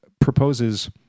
proposes